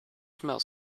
smells